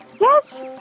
Yes